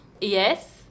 Yes